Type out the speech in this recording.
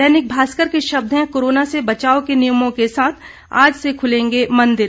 दैनिक भास्कर के शब्द हैं कोरोना से बचाव के नियमों के साथ आज से खुलेंगे मंदिर